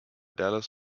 dallas